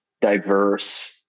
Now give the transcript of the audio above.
diverse